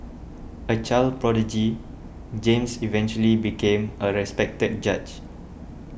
a child prodigy James eventually became a respected judge